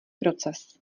proces